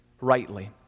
rightly